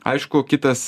aišku kitas